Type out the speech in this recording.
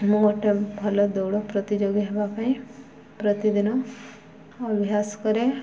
ମୁଁ ଗୋଟେ ଭଲ ଦୌଡ଼ ପ୍ରତିଯୋଗୀ ହେବା ପାଇଁ ପ୍ରତିଦିନ ଅଭ୍ୟାସ କରେ